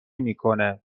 میکنه